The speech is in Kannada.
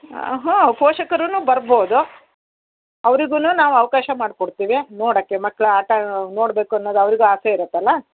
ಆಂ ಹೂಂ ಪೋಷಕರೂ ಬರ್ಬೋದು ಅವ್ರಿಗೂ ನಾವು ಅವಕಾಶ ಮಾಡಿ ಕೊಡ್ತೀವಿ ನೋಡೋಕ್ಕೆ ಮಕ್ಳ ಆಟ ನೋಡ್ಬೇಕು ಅನ್ನೋದು ಅವರಿಗೂ ಆಸೆ ಇರುತ್ತಲ್ಲ